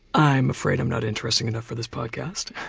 i'm afraid i'm not interesting enough for this podcast.